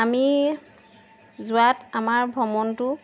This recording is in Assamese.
আমি যোৱাত আমাৰ ভ্ৰমণটো